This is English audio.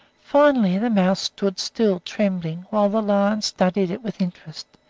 finally the mouse stood still, trembling, while the lion studied it with interest.